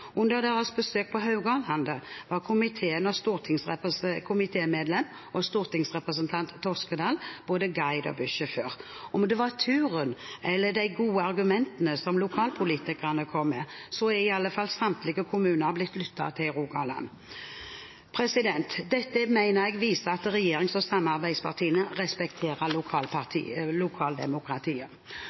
Under deres besøk på Haugalandet var komitémedlem og stortingsrepresentant Toskedal både guide og bussjåfør. Enten det var turen eller de gode argumentene lokalpolitikerne kom med, så er i alle fall samtlige kommuner blitt lyttet til i Rogaland. Dette mener jeg viser at regjerings- og samarbeidspartiene respekterer lokaldemokratiet.